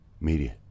media